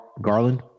Garland